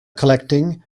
collecting